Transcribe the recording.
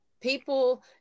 people